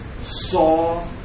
saw